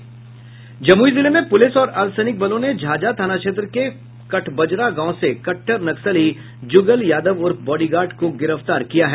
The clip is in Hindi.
जमुई जिले में पुलिस और अर्द्वसैनिक बलों ने झाझा थाना क्षेत्र के कठबजरा गांव से कट्टर नक्सली जुगल यादव उर्फ बॉडीगार्ड को गिरफ्तार किया है